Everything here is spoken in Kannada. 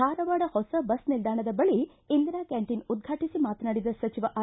ಧಾರವಾಡ ಹೊಸ ಬಸ್ ನಿಲ್ದಾಣದ ಬಳ ಇಂದಿರಾ ಕ್ಯಾಂಟೀನ್ ಉದ್ಘಾಟಿಸಿ ಮಾತನಾಡಿದ ಸಚಿವ ಆರ್